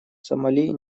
сомали